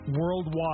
worldwide